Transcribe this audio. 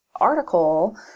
article